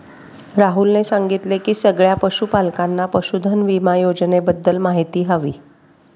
राहुलने सांगितले की सगळ्या पशूपालकांना पशुधन विमा योजनेबद्दल माहिती हवी